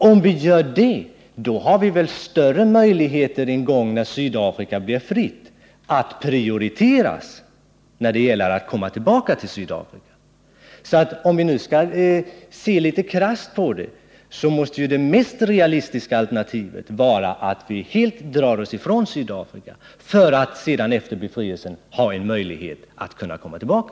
Om vi gör detta har vi väl större möjligheter att prioriteras, då Sydafrika en gång blir fritt och det gäller att komma tillbaka till Sydafrika. Om vi nu skall se litet krasst på frågan måste det mest realistiska alternativet vara att vi helt drar oss ifrån Sydafrika för att sedan efter befrielsen ha en möjlighet att komma tillbaka.